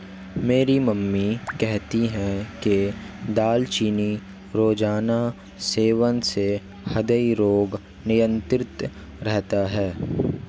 मेरी मम्मी कहती है कि दालचीनी रोजाना सेवन से हृदय रोग नियंत्रित रहता है